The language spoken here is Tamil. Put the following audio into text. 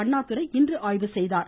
அண்ணாதுரை இன்று ஆய்வு செய்தார்